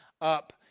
up